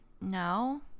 no